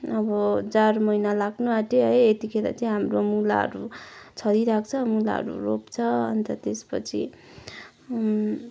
अब जाडो महिना लाग्नु आँट्यो है यतिखेर चाहिँ हाम्रो मुलाहरू छरिरहेको छ मुलाहरू रोप्छ अन्त त्यसपछि